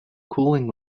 cooling